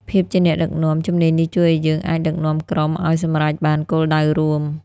ភាពជាអ្នកដឹកនាំ ជំនាញនេះជួយឲ្យយើងអាចដឹកនាំក្រុមឲ្យសម្រេចបានគោលដៅរួម។